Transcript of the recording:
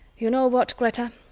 you know what, greta,